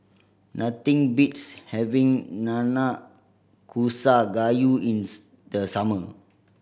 nothing beats having Nanakusa Gayu in the summer